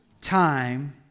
time